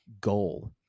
goal